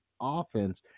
offense